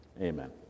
amen